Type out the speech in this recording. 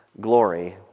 glory